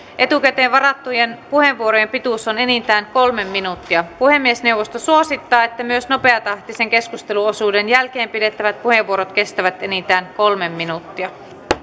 etukäteen varattujen puheenvuorojen pituus on enintään kolme minuuttia puhemiesneuvosto suosittaa että myös nopeatahtisen keskusteluosuuden jälkeen pidettävät puheenvuorot kestävät enintään kolme minuuttia